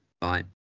Bye